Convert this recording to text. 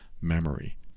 memory